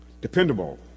dependable